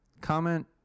Comment